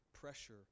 pressure